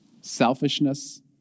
Selfishness